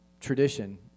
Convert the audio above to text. tradition